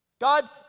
God